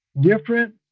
different